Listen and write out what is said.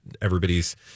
everybody's